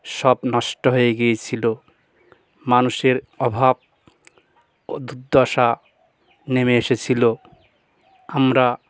সব নষ্ট হয়ে গিয়েছিলো মানুষের অভাব ও দুর্দশা নেমে এসেছিলো আমরা